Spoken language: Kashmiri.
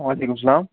وعلیکم سلام